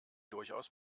durchaus